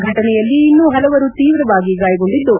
ಫಟನೆಯಲ್ಲಿ ಇನ್ನು ಹಲವರು ತೀವ್ರವಾಗಿ ಗಾಯಗೊಂಡಿದ್ದು